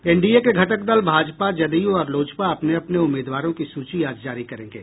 NDA के घटक दल भाजपा जदयू और लोजपा अपने अपने उम्मीदवारों की सूची आज जारी करेंगे